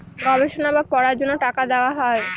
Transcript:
গবেষণা বা পড়ার জন্য টাকা দেওয়া হয়